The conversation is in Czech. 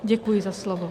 Děkuji za slovo.